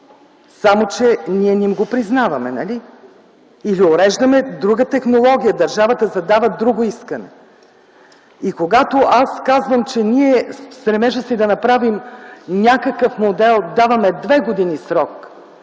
Само че ние не им го признаваме, нали? И уреждаме друга технология – държавата да дава друго искане. И когато аз казвам, че ние, в стремежа си да направим някакъв модел, даваме две години срок